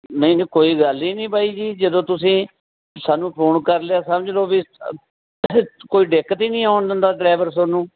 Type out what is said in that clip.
ਨਹੀਂ ਨਹੀਂ ਕੋਈ ਗੱਲ ਹੀ ਨਹੀਂ ਬਾਈ ਜੀ ਜਦੋਂ ਤੁਸੀਂ ਸਾਨੂੰ ਫੋਨ ਕਰ ਲਿਆ ਸਮਝ ਲਓ ਵੀ ਕੋਈ ਦਿੱਕਤ ਹੀ ਨਹੀਂ ਆਉਣ ਦਿੰਦਾ ਡਰਾਈਵਰ ਤੁਹਾਨੂੰ